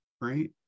right